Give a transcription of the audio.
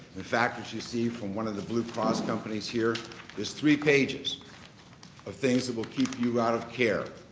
in fact, as you see from one of the blue cross companies here there's three pages of things that will keep you out of care,